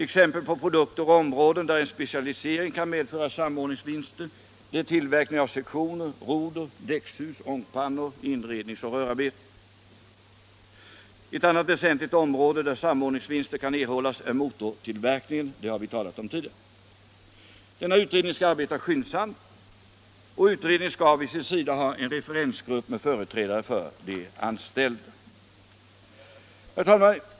Exempel på produkter och områden, där en specialisering kan medföra samordningsvinster, är tillverkning av sektioner, roder, däckshus, ångpannor, inredningsoch rörarbeten. Ett annat väsentligt område, där samordningsvinster kan erhållas, är motortillverkningen — det har vi talat om tidigare. Utredningen skall arbeta skyndsamt, och utredningen skall vid sin sida ha en referensgrupp med företrädare för de anställda. Herr talman!